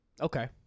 Okay